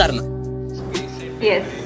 Yes